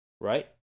Right